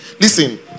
listen